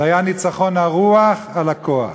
זה היה ניצחון הרוח על הכוח,